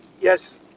yes